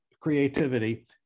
creativity